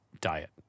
diet